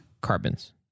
carbons